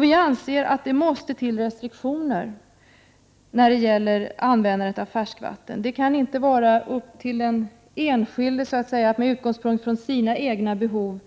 Vi anser att det måste till restriktioner när det gäller användandet av färskvatten. Det kan inte överlämnas till den enskilde att med utgångspunkt i sina egna behov